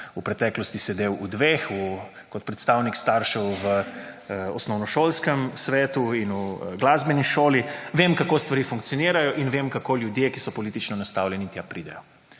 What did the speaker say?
v preteklosti sedel dveh kot predstavnik staršev v osnovnošolskem svetu in v glasbeni šoli, vem kako stvari funkcionirajo in vem kako ljudje, ki so politično nastavljeni tja pridejo.